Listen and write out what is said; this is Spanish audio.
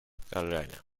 carolina